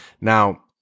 now